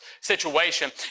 situation